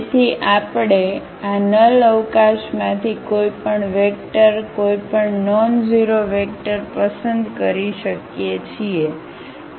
તેથી આપણે આ નલ અવકાશમાંથી કોઈપણ વેક્ટર કોઈપણ નોનઝેરો વેક્ટર પસંદ કરી શકીએ છીએ